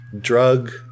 drug